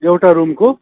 एउटा रुमको